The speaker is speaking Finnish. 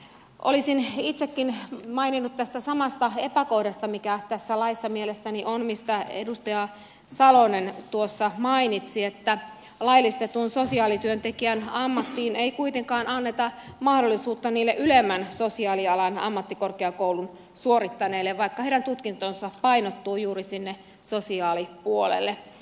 olisin itsekin maininnut tästä samasta epäkohdasta mikä tässä laissa mielestäni on mistä edustaja salonen tuossa mainitsi että laillistetun sosiaalityöntekijän ammattiin ei kuitenkaan anneta mahdollisuutta niille ylemmän sosiaalialan ammattikorkeakoulun suorittaneille vaikka heidän tutkintonsa painottuu juuri sinne sosiaalipuolelle